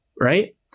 right